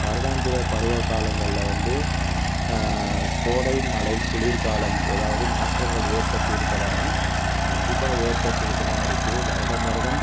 வருடாந்திர பருவ காலங்களில் வந்து கோடை மழை குளிர் காலம் ஏதாவது மாற்றங்கள் ஏற்பட்டிற்கறதானா கண்டிப்பாக ஏற்பட்டுகிட்டு தான் இருக்கு வருடம் வருடம்